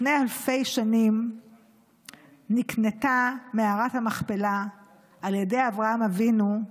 לפני אלפי שנים נקנתה מערת המכפלה על ידי אברהם אבינו,